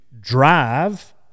drive